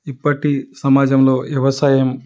ఇప్పటి సమాజంలో వ్యవసాయం